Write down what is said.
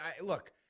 Look